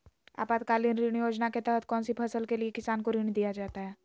आपातकालीन ऋण योजना के तहत कौन सी फसल के लिए किसान को ऋण दीया जाता है?